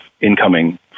incoming